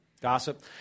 gossip